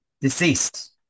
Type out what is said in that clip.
Deceased